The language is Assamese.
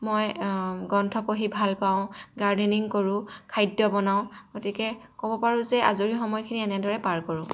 মই গ্ৰন্থ পঢ়ি ভাল পাওঁ গাৰ্ডেনিং কৰোঁ খাদ্য বনাওঁ গতিকে ক'ব পাৰোঁ যে আজৰি সময়খিনি এনেদৰেই পাৰ কৰোঁ